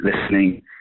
listening